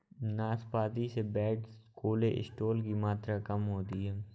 नाशपाती से bad cholesterol की मात्रा कम होती है